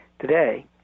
today